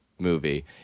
movie